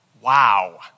Wow